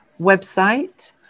website